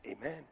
Amen